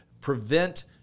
prevent